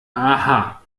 aha